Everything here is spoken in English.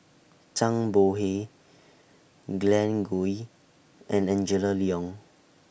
Zhang Bohe Glen Goei and Angela Liong